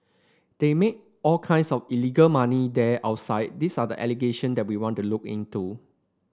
they make all kinds of illegal money there outside these are the allegation that we want to look into